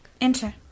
Enter